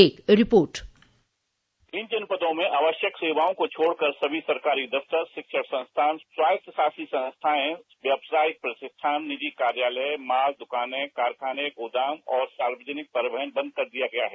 एक रिपोर्ट इन जनपदों में आवश्यक सेवाओं को छोड़कर सभी सरकारी दफ्तर शिक्षण संस्थान स्वायत्तशासी संस्थाएं व्यवसायिक प्रशिक्षण निजी कार्यालय मॉल द्रकाने कारखाने गोदाम और सार्वजनिक परिवहन बंद कर दिया गया है